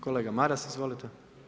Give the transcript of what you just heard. Kolega Maras, izvolite.